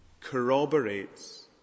corroborates